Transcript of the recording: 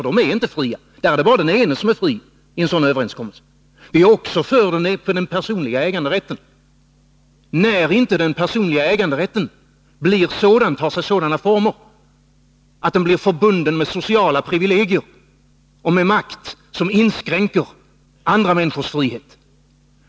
De är inte fria, för i en sådan överenskommelse är det bara den ena parten som är fri. Vi är också för den personliga äganderätten, när den inte tar sig sådana former att den blir förbunden med sociala privilegier och med makt som inskränker andra människors frihet.